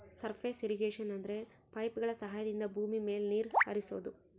surface irrigation ಅಂದ್ರೆ ಪೈಪ್ಗಳ ಸಹಾಯದಿಂದ ಭೂಮಿ ಮೇಲೆ ನೀರ್ ಹರಿಸೋದು